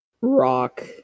Rock